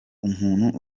umuntu